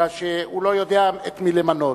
כי הוא לא יודע את מי למנות.